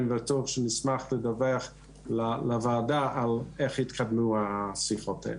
אני בטוח שנשמח לדווח לוועדה על איך התקדמו השיחות האלה.